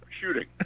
shooting